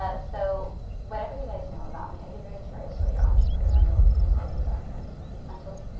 ah so whatever you guys know about me, i'd be very curious what you're entrepreneurial business ideas are for me. it'd be fun to learn.